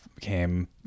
came